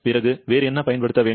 பிறகு என்ன பயன்படுத்த வேண்டும்